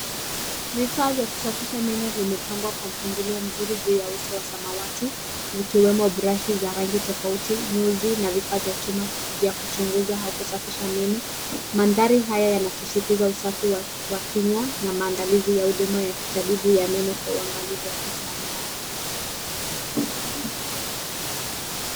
Vifaa vya kusafisha meno vimepangwa kwa mpangilio mzuri juu ya uso wa samawati vikiwemo brashi za rangi tofauti, nyuzi na vifaa vya chuma vya kuchunguza au kusafisha meno. Mandhari haya yanasisitiza usafi wa kinywa na maandalizi ya huduma ya kitabibu ya meno kwa uangalifu wa kitaalamu.